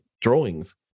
drawings